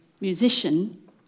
musician